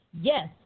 Yes